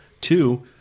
two